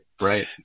right